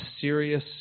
serious